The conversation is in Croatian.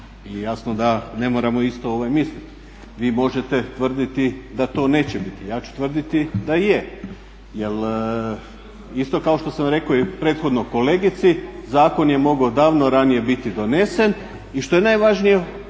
i jasno da ne moramo isto misliti. Vi možete tvrditi da to neće biti. Ja ću tvrditi da je, jer isto kao što sam rekao i prethodno kolegici zakon je mogao davno ranije biti donesen i što je najvažnije